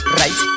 right